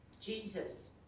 Jesus